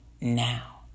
now